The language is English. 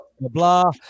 blah